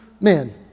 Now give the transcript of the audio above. man